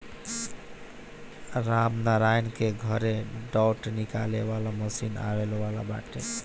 रामनारायण के घरे डाँठ निकाले वाला मशीन आवे वाला बाटे